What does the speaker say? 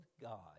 God